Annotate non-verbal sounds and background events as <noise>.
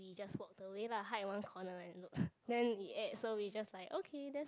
we just walked away lah hide one corner and look <breath> then it ate so we just like okay that's